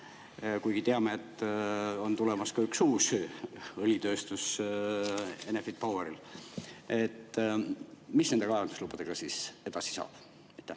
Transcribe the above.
küll teame, et on tulemas ka üks uus õlitööstus Enefit Poweril. Mis nende kaevanduslubadega siis edasi saab?